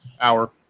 hour